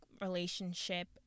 relationship